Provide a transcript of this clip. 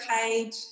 page